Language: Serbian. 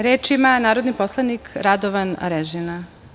Reč ima narodni poslanik Radovan Arežina.